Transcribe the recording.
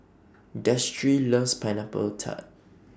Destry loves Pineapple Tart